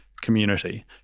community